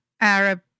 arab